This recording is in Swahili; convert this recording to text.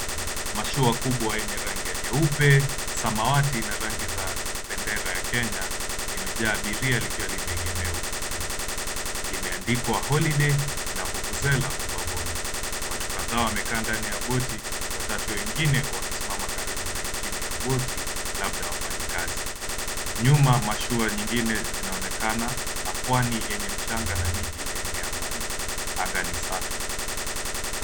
Mashua kubwa yenye rangi nyeupe, samawati na rangi ya bendera ya kenya imejaa abiria ikiwa imeegeshwa ufuoni. Imeandikwa holiday na vuvuzela. Kando watu kadhaa wamekaa katika boti watatu wengine wakisimama karibu na boti labda ni wafanyi kazi, nyuma mashua zingine zinaonekana pwani yenye mchanga na miti iko mbali, anga ni safi.